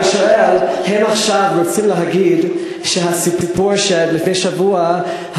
אני שואל: הם עכשיו רוצים להגיד שהסיפור שלפני שבוע,